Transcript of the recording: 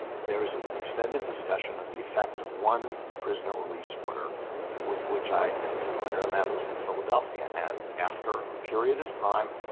there is an extended discussion of the effect of one prisoner release order with which i am familiar, and that was in philadelphia and after a period of time